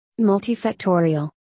multifactorial